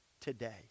today